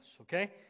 Okay